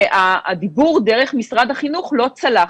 הדיבור דרך משרד החינוך לא צלח,